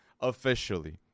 officially